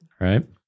Right